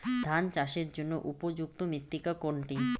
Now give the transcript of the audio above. ধান চাষের জন্য উপযুক্ত মৃত্তিকা কোনটি?